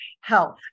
health